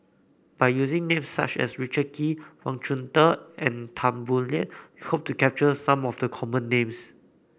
by using names such as Richard Kee Wang Chunde and Tan Boo Liat we hope to capture some of the common names